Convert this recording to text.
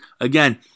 again